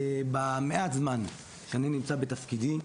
במעט הזמן שאני נמצא בתפקידי,